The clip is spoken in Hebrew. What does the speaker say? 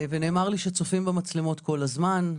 ונאמר לי שצופים במצלמות כל הזמן.